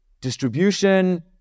distribution